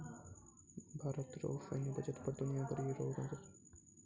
भारत रो सैन्य बजट पर दुनिया भरी रो नजर रहै छै